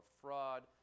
fraud